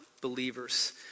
believers